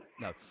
No